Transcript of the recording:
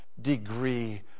degree